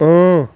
اۭں